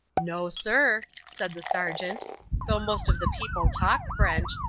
no, sir, said the sergeant though most of the people talk french.